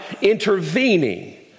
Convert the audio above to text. intervening